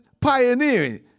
pioneering